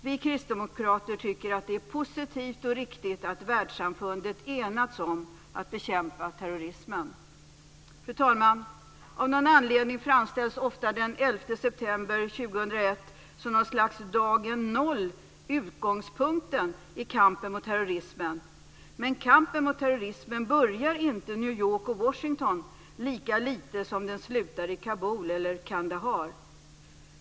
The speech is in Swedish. Vi kristdemokrater tycker att det är positivt och riktigt att världssamfundet enats om att bekämpa terrorismen. Fru talman! Av någon anledning framställs ofta den 11 september 2001 som något slags dagen noll - utgångspunkten - i kampen mot terrorismen, men kampen mot terrorismen börjar inte i New York och Washington lika lite som den slutar i Kabul eller Kandahar.